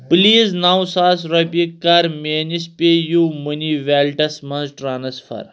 please نو ساس رۄپیہِ کر میٲنِس پےیوٗمٔنی ویلٹس منٛز ٹرانسفر